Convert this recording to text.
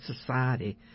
society